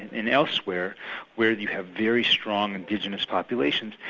and elsewhere where you have very strong indigenous populations,